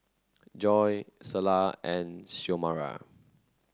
Joy Selah and Xiomara